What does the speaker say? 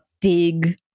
big